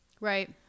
Right